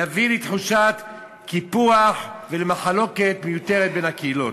יביא לתחושת קיפוח ולמחלוקת מיותרת בין הקהילות.